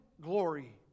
glory